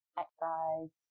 exercise